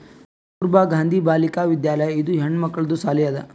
ಕಸ್ತೂರ್ಬಾ ಗಾಂಧಿ ಬಾಲಿಕಾ ವಿದ್ಯಾಲಯ ಇದು ಹೆಣ್ಮಕ್ಕಳದು ಸಾಲಿ ಅದಾ